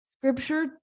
scripture